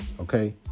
Okay